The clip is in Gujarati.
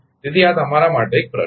તેથી આ તમારા માટે એક પ્રશ્ન છે